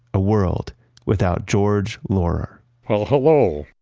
a world without george laurer well, hello.